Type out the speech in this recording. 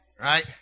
Right